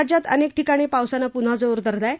राज्यात अनेक ठिकाणी पावसानं पुन्हा जोर धरला आहे